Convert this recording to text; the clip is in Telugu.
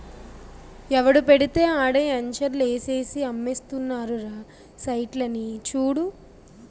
ఎవడు పెడితే ఆడే ఎంచర్లు ఏసేసి అమ్మేస్తున్నారురా సైట్లని చూడు